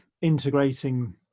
integrating